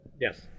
Yes